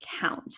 count